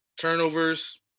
turnovers